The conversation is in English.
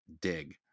dig